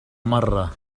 مرة